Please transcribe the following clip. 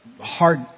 hard